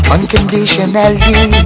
Unconditionally